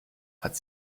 hat